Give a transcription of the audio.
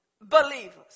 Believers